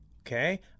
okay